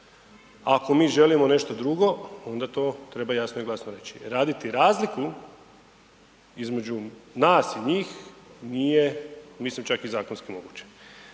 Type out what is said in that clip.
Ako mi želimo nešto drugo onda to treba jasno i glasno reći, raditi razliku između nas i njih nije mislim čak i zakonski moguće